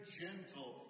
gentle